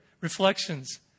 reflections